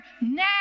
now